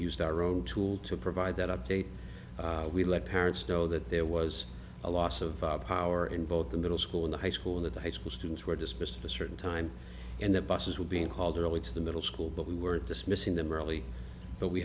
used our own tool to provide that update we let parents know that there was a loss of power in both the middle school and high school that the high school students were dismissed a certain time and the buses were being called early to the middle school but we were dismissing them early but we